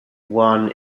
one